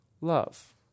love